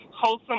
wholesome